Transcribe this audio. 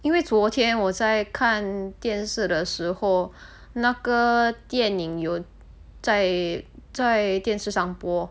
因为昨天我在看电视的时候那个电影有在在电视上播